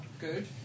good